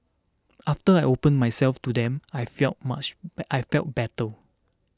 after I opened myself to them I felt much bad I felt better